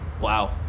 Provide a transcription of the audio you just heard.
Wow